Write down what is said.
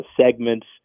segments